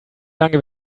lange